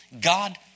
God